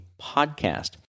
podcast